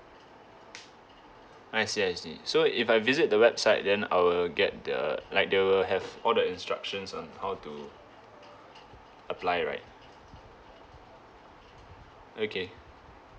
I see I see so if I visit the website then I will get the like there will have all the instructions on how to apply right okay